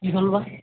কি হ'ল বা